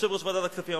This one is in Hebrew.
יושב-ראש ועדת הכספים.